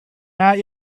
not